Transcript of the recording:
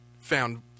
found